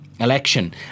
election